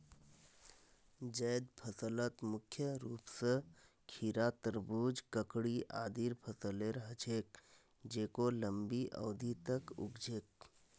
जैद फसलत मुख्य रूप स खीरा, तरबूज, ककड़ी आदिर फसलेर ह छेक जेको लंबी अवधि तक उग छेक